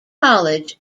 college